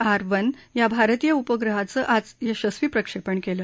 R one या भारतीय उपग्रहाचं आज यशस्वी प्रक्षेपण केलं